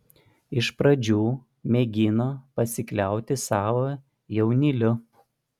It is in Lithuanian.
iš pradžių mėgino pasikliauti savo jaunyliu